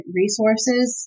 resources